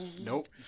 nope